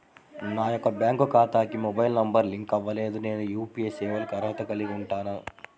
నా యొక్క బ్యాంక్ ఖాతాకి మొబైల్ నంబర్ లింక్ అవ్వలేదు నేను యూ.పీ.ఐ సేవలకు అర్హత కలిగి ఉంటానా?